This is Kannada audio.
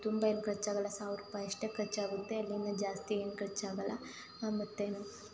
ತುಂಬ ಏನು ಖರ್ಚಾಗಲ್ಲ ಸಾವಿರ ರೂಪಾಯಿ ಅಷ್ಟೇ ಖರ್ಚಾಗುತ್ತೆ ಎಲ್ಲಿಯೂ ಜಾಸ್ತಿ ಏನು ಖರ್ಚಾಗಲ್ಲ ಮತ್ತು